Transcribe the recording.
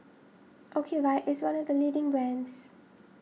Ocuvite is one of the leading brands